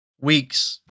weeks